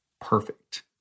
perfect